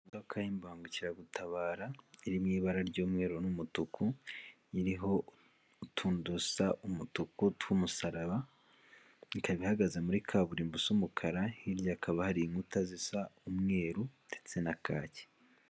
Imodoka y'imbangukiragutabara iri mu ibara ry'umweru n'umutuku iriho utuntu dusa umutuku tw'umusaraba ikaba ihagaze muri kaburimbo isa umukara hirya hakaba hari inkuta zisa umweru ndetse na kaki.